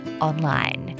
online